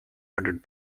hundred